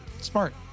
Smart